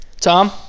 Tom